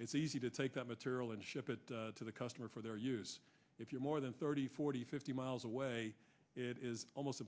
it's easy to take that material and ship it to the customer for their use if you're more than thirty forty fifty miles away it is almost